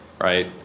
right